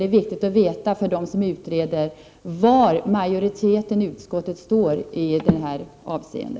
Det är viktigt för dem som utreder att veta var majoriteten i utskottet står i detta avseende.